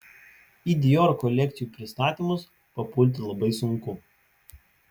į dior kolekcijų pristatymus papulti labai sunku